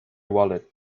wallet